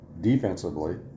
defensively